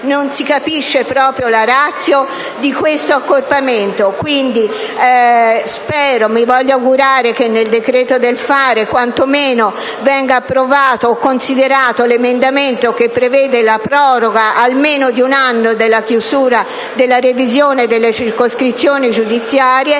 non si capisce proprio la *ratio* di questo accorpamento. Quindi, spero e mi voglio augurare che nel decreto del fare quantomeno venga approvato o considerato l'emendamento che prevede la proroga almeno di un anno della chiusura della revisione delle circoscrizioni giudiziarie